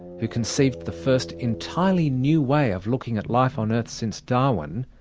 who conceived the first entirely new way of looking at life on earth since darwin,